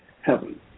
heaven